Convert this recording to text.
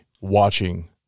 watching